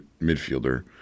midfielder